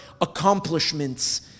accomplishments